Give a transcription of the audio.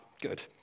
good